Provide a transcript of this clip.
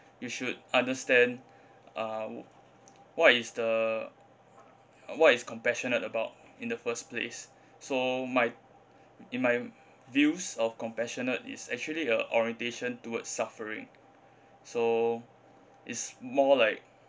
you should understand uh what is the uh what is compassionate about in the first place so my in my views of compassionate is actually a orientation toward suffering so is more like